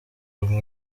muri